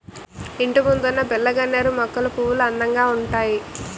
ఇంటిముందున్న బిల్లగన్నేరు మొక్కల పువ్వులు అందంగా ఉంతాయి